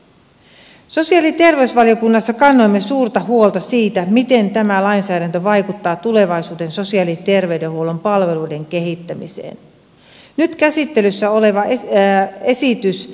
sosiaali ja terveysvaliokunnassa kannoimme suurta huolta siitä miten tämä lainsäädäntö vaikuttaa tulevaisuuden sosiaali ja terveydenhuollon palveluiden kehittämiseen